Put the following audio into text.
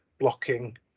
blocking